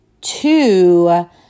two